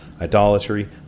idolatry